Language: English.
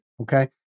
Okay